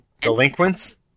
Delinquents